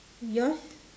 yours